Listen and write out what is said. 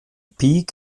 peak